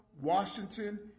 Washington